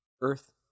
Earth